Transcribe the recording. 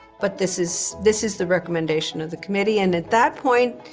but this is this is the recommendation of the committee. and at that point,